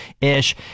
ish